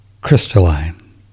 crystalline